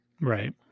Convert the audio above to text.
Right